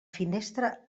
finestra